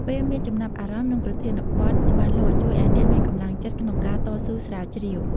ពេលមានចំណាប់អារម្មណ៍នឹងប្រធានបទច្បាស់លាស់ជួយឲ្យអ្នកមានកម្លាំងចិត្ត ក្នុងការតស៊ូស្រាវជ្រាវ។